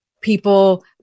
people